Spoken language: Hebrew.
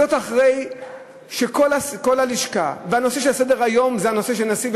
זה אחרי שכל הלשכה והנושא שעל סדר-היום הוא בחירת נשיא,